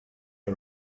you